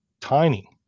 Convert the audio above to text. tiny